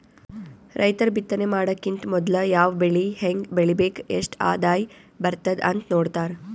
ರೈತರ್ ಬಿತ್ತನೆ ಮಾಡಕ್ಕಿಂತ್ ಮೊದ್ಲ ಯಾವ್ ಬೆಳಿ ಹೆಂಗ್ ಬೆಳಿಬೇಕ್ ಎಷ್ಟ್ ಆದಾಯ್ ಬರ್ತದ್ ಅಂತ್ ನೋಡ್ತಾರ್